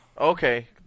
Okay